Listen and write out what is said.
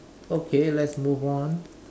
okay let's move on